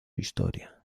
historia